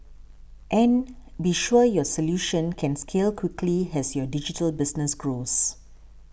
and be sure your solution can scale quickly has your digital business grows